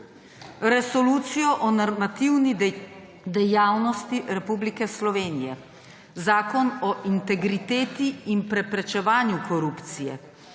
Resolucijo o normativni dejavnosti Republike Slovenije, Zakon o integriteti in preprečevanju korupcije.